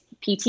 PT